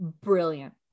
brilliant